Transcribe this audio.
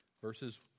verses